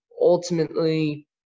ultimately